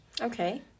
Okay